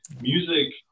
Music